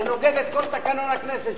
זה נוגד את כל תקנון הכנסת.